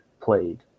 played